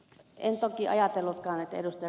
en toki ajatellutkaan että ed